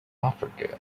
africa